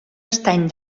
estany